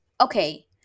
Okay